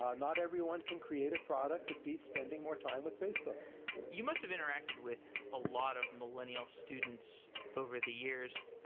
ah not everyone can create a product that beat spending more time with facebook you must have interacted with a lot of millennial students over the years.